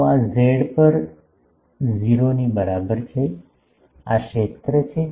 તો આ z પર છે 0 ની બરાબર છે આ ક્ષેત્ર છે